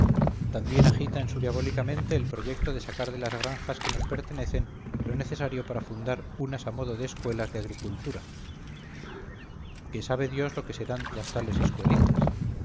también agita en su diabólica mente el proyecto de sacar de las granjas que nos pertenecen lo necesario para fundar unas a modo de escuelas de agricultura que sabe dios lo que serán las tales escuelitas